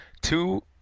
Two